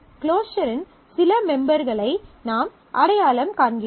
closure இன் சில மெம்பர்களை நாம் அடையாளம் காண்கிறோம்